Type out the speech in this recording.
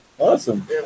Awesome